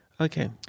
Okay